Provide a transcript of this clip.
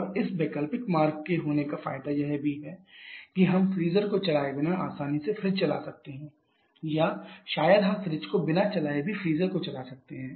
और इस वैकल्पिक मार्ग के होने का फायदा यह भी है कि हम फ्रीजर को चलाए बिना आसानी से फ्रिज चला सकते हैं या शायद हम फ्रिज को बिना चलाए भी फ्रीजर को चला सकते हैं